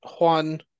Juan